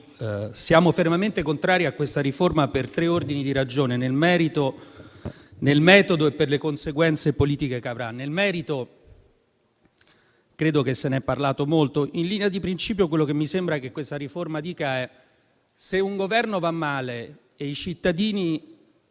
siamo fermamente contrari a questa riforma per tre ordini di ragioni: nel merito, nel metodo e per le conseguenze politiche che avrà. Nel merito, di cui credo si sia parlato molto, in linea di principio mi sembra che questa riforma dica che, se un Governo va male e perde